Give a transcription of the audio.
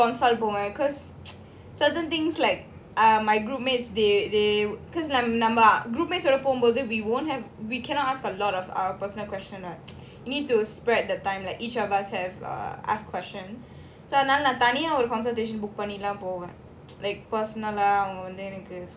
I would go with my group but போவேன்:poven consult cause certain things like ah my group mates they they cause நம்ம:namma group mates ஓட போகும்போது:oda pogumpothu we won't have we cannot ask a lot of err personal question need to spread the time like each of us have err ask question so அதனாலதனியாஒரு:adhunala thaniya oru consultation book பண்ணிதான்போவேன்:pannithan poven like personal lah அவங்கவந்துஎனக்கு:avanga vandhu enaku